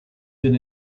been